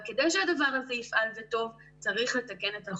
אבל כדי שהדבר הזה יפעל, וטוב, צריך לתקן את החוק.